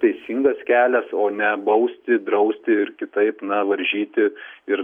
teisingas kelias o ne bausti drausti ir kitaip na varžyti ir